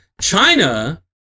China